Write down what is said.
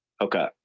Okay